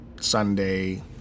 Sunday